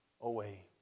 away